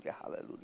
Hallelujah